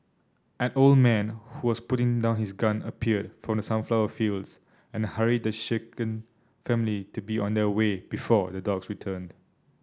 an old man who was putting down his gun appeared from the sunflower fields and hurried the shaken family to be on their way before the dogs returned